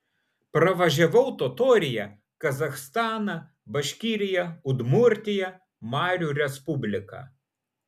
pravažiavau totoriją kazachstaną baškiriją udmurtiją marių respubliką